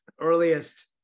earliest